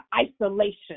isolation